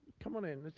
come on in.